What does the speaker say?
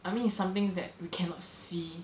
I mean it's something that we cannot see